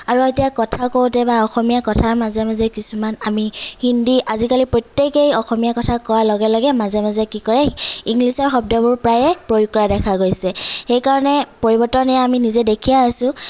আৰু এতিয়া কথা কওঁতে বা অসমীয়া কথাৰ মাজে মাজে কিছুমান আমি হিন্দী আজিকালি প্ৰত্যেকেই অসমীয়া কথা কোৱাৰ লগে লগে মাজে মাজে কি কৰে ইংলিছৰ শব্দবোৰ প্ৰায়ে প্ৰয়োগ কৰা দেখা গৈছে সেইকাৰণে পৰিবৰ্তন এই আমি নিজে দেখিয়েই আছোঁ